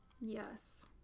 Yes